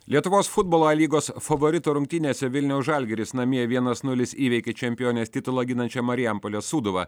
lietuvos futbolo a lygos favoritų rungtynėse vilniaus žalgiris namie vienas nulis įveikė čempionės titulą ginančią marijampolės sūduvą